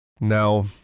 Now